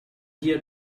here